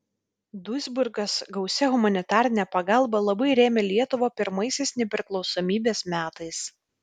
duisburgas gausia humanitarine pagalba labai rėmė lietuvą pirmaisiais nepriklausomybės metais